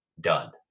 Done